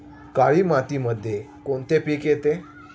काळी मातीमध्ये कोणते पिके येते?